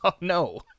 No